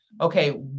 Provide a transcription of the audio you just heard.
okay